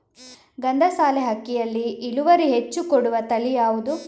ಗಂಧಸಾಲೆ ಅಕ್ಕಿಯಲ್ಲಿ ಇಳುವರಿ ಹೆಚ್ಚು ಕೊಡುವ ತಳಿ ಯಾವುದು?